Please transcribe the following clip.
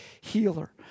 healer